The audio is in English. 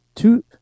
Two